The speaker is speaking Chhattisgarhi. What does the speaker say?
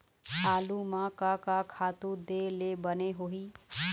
आलू म का का खातू दे ले बने होही?